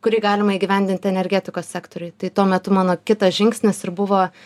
kurį galima įgyvendinti energetikos sektoriuj tai tuo metu mano kitas žingsnis ir buvo